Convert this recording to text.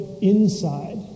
inside